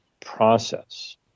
process